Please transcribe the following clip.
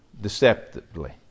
deceptively